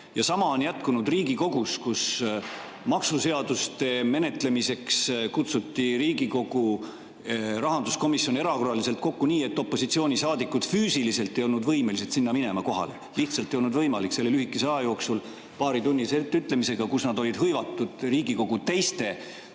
Sama on jätkunud Riigikogus, kus maksuseaduste menetlemiseks kutsuti Riigikogu rahanduskomisjon erakorraliselt kokku nii, et opositsioonisaadikud füüsiliselt ei olnud võimelised sinna kohale minema. Lihtsalt ei olnud võimalik selle lühikese aja jooksul, paaritunnise etteütlemisega, kui nad olid hõivatud Riigikogu teiste